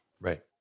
Right